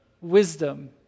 wisdom